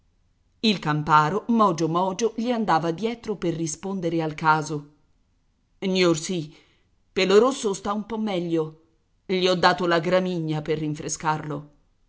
il camparo mogio mogio gli andava dietro per rispondere al caso gnorsì pelorosso sta un po meglio gli ho dato la gramigna per rinfrescarlo